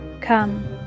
Come